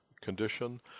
condition